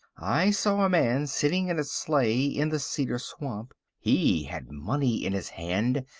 i saw a man sitting in a sleigh in the cedar swamp. he had money in his hand,